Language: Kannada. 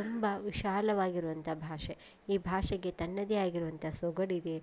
ತುಂಬ ವಿಶಾಲವಾಗಿರುವಂಥ ಭಾಷೆ ಈ ಭಾಷೆಗೆ ತನ್ನದೇ ಆಗಿರುವಂಥ ಸೊಗಡಿದೆ